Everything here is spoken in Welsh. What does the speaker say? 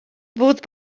fodd